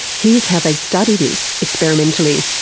here's how they study this experimentally.